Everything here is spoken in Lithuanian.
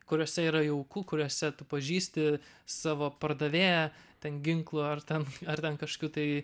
kuriuose yra jauku kuriuose tu pažįsti savo pardavėją ten ginklų ar ten ar ten kažkokių tai